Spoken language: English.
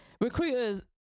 Recruiters